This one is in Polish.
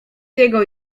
jego